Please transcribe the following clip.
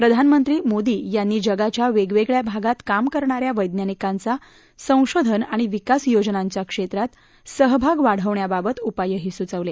प्रधानमंत्री मोदी यांनी जगाच्या वेगवेगळ्या भागांत काम करणाऱ्या वैज्ञानिकांचा संशोधन आणि विकास योजनांच्या क्षेत्रात सहभाग वाढवण्याबाबत उपायही सुचवले